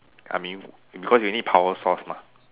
I mean because you need power source mah